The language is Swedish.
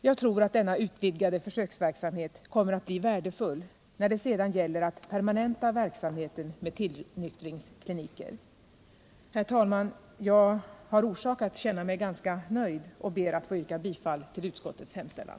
Jag tror att denna utvidgade försöksverksamhet kommer att bli värdefull när det sedan gäller att permanenta verksamheten med tillnyktringskliniker. Herr talman! Jag har orsak att känna mig ganska nöjd och ber att få yrka bifall till utskottets hemställan.